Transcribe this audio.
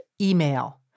email